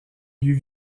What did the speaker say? lieu